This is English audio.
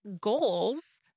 goals